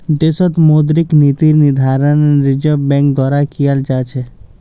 देशत मौद्रिक नीतिर निर्धारण रिज़र्व बैंक द्वारा कियाल जा छ